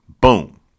boom